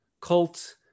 cult